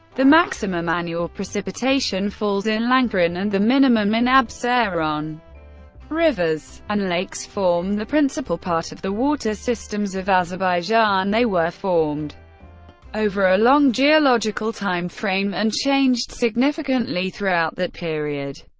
the maximum annual precipitation falls in lankaran and the minimum in absheron. rivers and lakes form the principal part of the water systems of azerbaijan, they were formed over a long geological timeframe and changed significantly throughout that period.